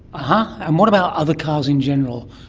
and um what about other cars in general,